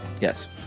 Yes